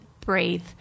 breathe